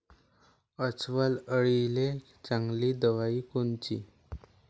अस्वल अळीले चांगली दवाई कोनची?